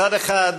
מצד אחד,